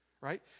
right